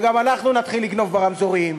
וגם אנחנו נתחיל לגנוב ברמזורים,